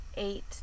eight